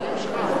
החברים שלך,